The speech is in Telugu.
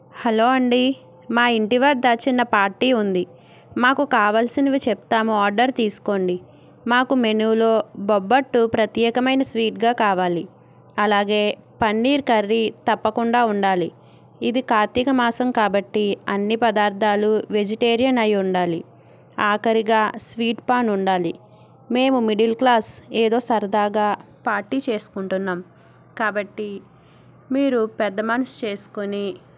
హలో అండి మా ఇంటి వద్ద చిన్న పార్టీ ఉంది మాకు కావాల్సినవి చెప్తాము ఆర్డర్ తీసుకోండి మాకు మెనూలో బొబ్బట్టు ప్రత్యేకమైన స్వీట్గా కావాలి అలాగే పన్నీర్ కర్రీ తప్పకుండా ఉండాలి ఇది కార్తీక మాసం కాబట్టి అన్ని పదార్థాలు వెజిటేరియన్ అయ్యి ఉండాలి ఆఖరిగా స్వీట్ పాన్ ఉండాలి మేము మిడిల్ క్లాస్ ఏదో సరదాగా పార్టీ చేసుకుంటున్నాం కాబట్టి మీరు పెద్ద మనసు చేసుకొని